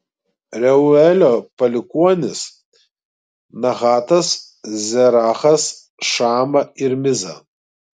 reuelio palikuonys nahatas zerachas šama ir miza